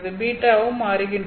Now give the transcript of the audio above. β வும் மாறுகின்றது